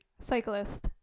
Cyclist